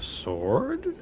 sword